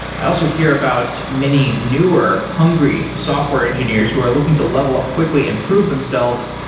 i also hear about many newer hungry software engineers who are looking to level up quickly and improve themselves